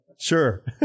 sure